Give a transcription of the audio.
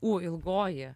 ū ilgoji